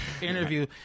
interview